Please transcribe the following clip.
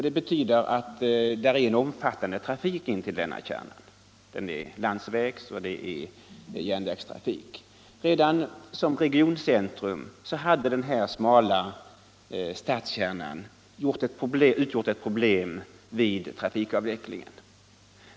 Det betyder en omfattande trafik in till denna kärna; både landsvägs och järnvägstrafik. Redan som regioncentrum hade den här smala stadskärnan utgjort ett problem vid trafikavvecklingen.